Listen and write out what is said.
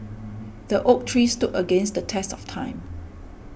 the oak tree stood against the test of time